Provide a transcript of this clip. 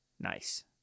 Nice